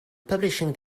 publishing